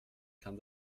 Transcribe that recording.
kann